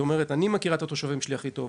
היא אומרת "אני מכירה את התושבים שלי הכי טוב,